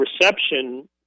reception